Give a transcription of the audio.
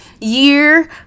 year